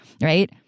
Right